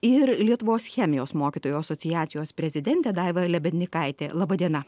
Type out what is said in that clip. ir lietuvos chemijos mokytojų asociacijos prezidentė daiva lebednykaitė laba diena